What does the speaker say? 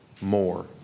more